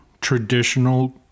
traditional